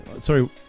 Sorry